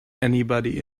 anybody